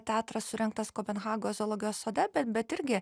teatras surengtas kopenhagos zoologijos sode bet bet irgi